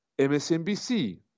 MSNBC